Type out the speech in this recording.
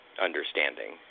understanding